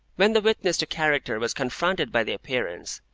when the witness to character was confronted by the appearance,